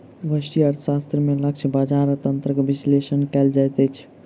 व्यष्टि अर्थशास्त्र में लक्ष्य बजार तंत्रक विश्लेषण कयल जाइत अछि